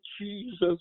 Jesus